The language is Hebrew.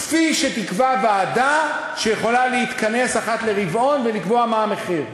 כפי שתקבע ועדה שיכולה להתכנס אחת לרבעון ולקבוע מה המחיר.